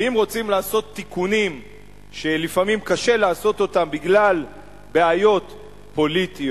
ואם רוצים לעשות תיקונים שלפעמים קשה לעשות אותם בגלל בעיות פוליטיות,